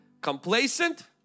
complacent